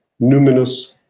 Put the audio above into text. numinous